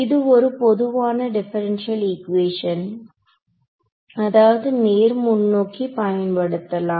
இது ஒரு பொதுவான டிபரன்ஷியல் ஈக்குவேசன் அதாவது நேர் முன்னோக்கி பயன்படுத்தலாம்